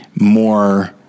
more